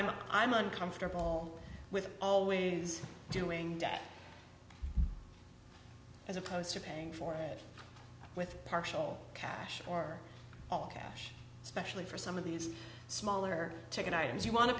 i'm i'm uncomfortable with always doing that as opposed to paying for it with partial cash or all cash especially for some of these smaller ticket items you want to